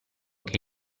che